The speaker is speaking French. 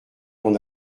ton